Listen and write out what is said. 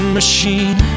machine